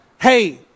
hey